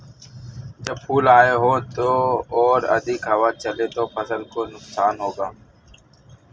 जब फूल आए हों और अधिक हवा चले तो फसल को नुकसान होगा?